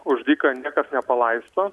už dyką niekas nepalaisto